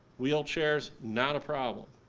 wheelchairs, not a problem.